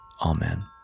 Amen